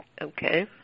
Okay